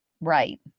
right